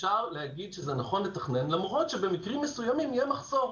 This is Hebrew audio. אפשר להגיד שזה נכון לתכנן למרות שבמקרים מסוימים יהיה מחסור.